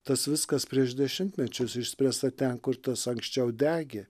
tas viskas prieš dešimtmečius išspręsta ten kur tas anksčiau degė